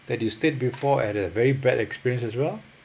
that you stayed before at a very bad experience as well